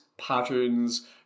patterns